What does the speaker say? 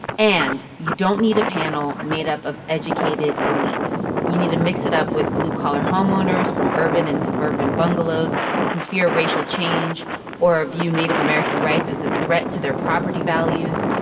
and you don't need a panel made up of educated elites. you need to mix it up with blue-collar homeowners from urban and suburban bungalows who fear racial change or view native american rights as a threat to their property values.